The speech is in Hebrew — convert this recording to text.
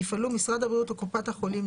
יפעלו משרד הבריאות או קופת החולים,